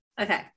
Okay